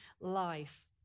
life